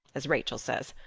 as rachel says.